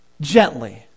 Gently